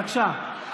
בבקשה.